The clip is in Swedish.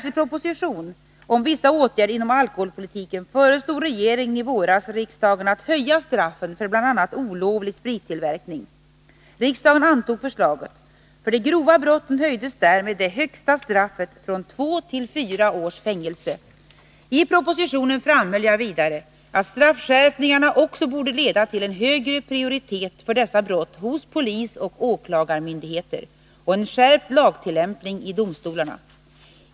I propositionen framhöll jag vidare att straffskärpningarna också borde leda till en högre prioritet för dessa brott hos polisoch åklagarmyndigheter och en skärpt lagtillämpning i domstolarna.